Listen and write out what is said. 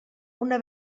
una